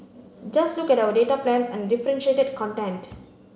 just look at our data plans and differentiated content